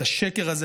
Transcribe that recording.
השקר הזה,